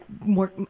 more